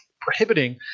prohibiting